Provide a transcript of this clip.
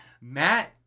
Matt